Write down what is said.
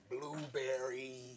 blueberry